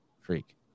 Freak